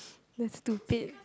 that's stupid